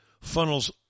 funnels